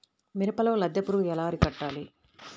మిరపలో లద్దె పురుగు ఎలా అరికట్టాలి?